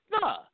Nah